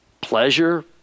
pleasure